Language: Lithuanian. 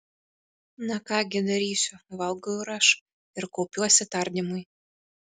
na ką gi darysiu valgau ir aš ir kaupiuosi tardymui